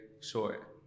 sure